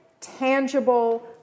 tangible